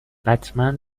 بتمن